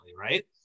right